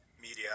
media